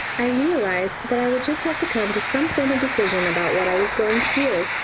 i realised that i would just have to come to some sort of decision about what i was going to do,